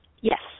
Yes